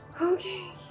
Okay